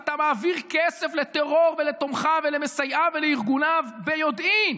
ואתה מעביר כסף לטרור ולתומכיו ולמסייעיו ולארגוניו ביודעין,